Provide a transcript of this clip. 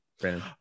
Brandon